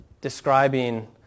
describing